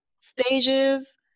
stages